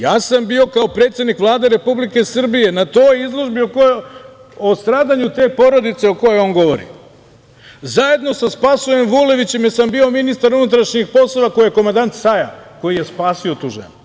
Ja sam bio kao predsednik Vlade Republike Srbije na toj izložbi o stradanju te porodice o kojoj on govori, zajedno sa Spasojem Vulevićem, jer sam bio ministar unutrašnjih poslova, koji je komandant SAJA, koji je spasio tu ženu.